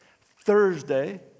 Thursday